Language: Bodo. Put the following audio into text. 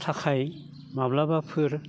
थाखाय माब्लाबाफोर